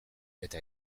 eta